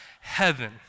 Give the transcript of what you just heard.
heaven